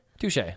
Touche